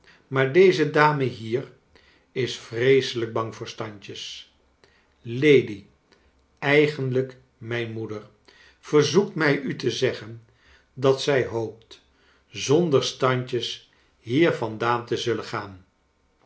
maar deze dame hier is vrceselijk bang voor standjcs lady eigenlijk mijn moeder vcrzoekt mij u te zeggen dat zij hoopt zonder standjcs hier vandaan te zullengaan